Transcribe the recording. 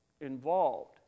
involved